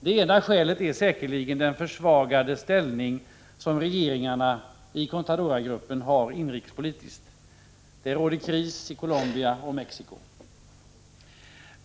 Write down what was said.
Det ena skälet är säkerligen den försvagade ställning som regeringarna i Contadoragruppen har inrikespolitiskt. Det råder kris i Colombia och Mexico.